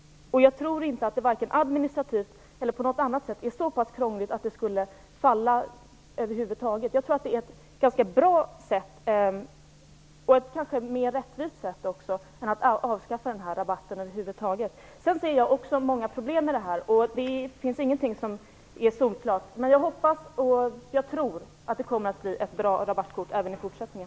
Jag tror inte att det vare sig administrativt eller på något annat sätt är så pass krångligt att det skulle falla. Det är ett ganska bra alternativ, och kanske mer rättvist, än att avskaffa rabatten helt och hållet. Jag ser också många problem med detta. Det finns ingenting som är solklart. Men jag hoppas och tror att det kommer att finnas ett bra rabattkort även i fortsättningen.